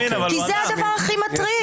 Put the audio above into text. זה הדבר הכי מטריד.